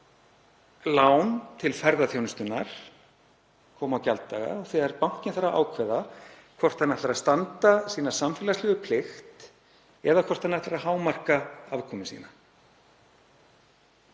lán til ferðaþjónustunnar koma á gjalddaga, þegar bankinn þarf að ákveða hvort hann ætlar að standa sína samfélagslegu plikt eða hvort hann ætlar að hámarka afkomu sína.